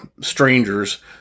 strangers